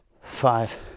five